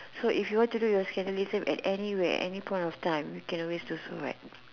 so if you want to do your scandalism anywhere at any point of time you can always do so one